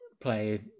play